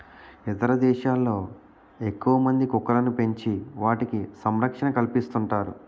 ఇతర దేశాల్లో ఎక్కువమంది కుక్కలను పెంచి వాటికి సంరక్షణ కల్పిస్తుంటారు